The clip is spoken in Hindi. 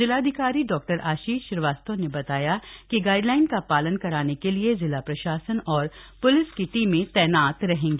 जिलाधिकारी डॉ आशीष श्रीवास्तव ने बताया कि गाइडलाइन का पालन कराने के लिए जिला प्रशासन और प्लिस की टीमें तैनात रहेंगी